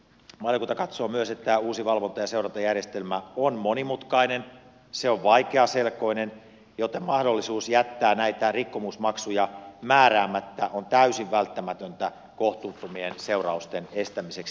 valiokunta katsoo myös että tämä uusi valvonta ja seurantajärjestelmä on monimutkainen se on vaikeaselkoinen joten mahdollisuus jättää näitä rikkomusmaksuja määräämättä on täysin välttämätöntä kohtuuttomien seurausten estämiseksi